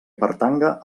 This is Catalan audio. pertanga